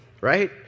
right